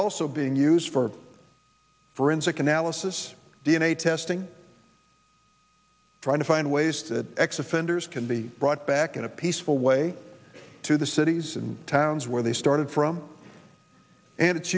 also being used for forensic analysis d n a testing trying to find ways to exit fender's can be brought back in a peaceful way to the cities and towns where they started from and it's